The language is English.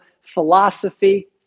philosophy